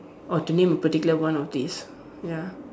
or to name a particular one of these ya